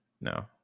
no